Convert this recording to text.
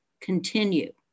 continue